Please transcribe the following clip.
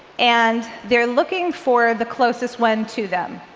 and they're looking for the closest one to them.